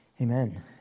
Amen